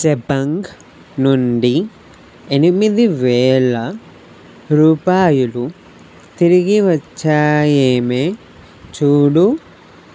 జబాంగ్ నుండి ఎనిమిది వేల రూపాయలు తిరిగివచ్చాయేమో చూడు